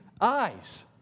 eyes